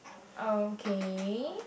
okay